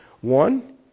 One